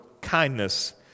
kindness